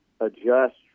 adjust